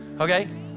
okay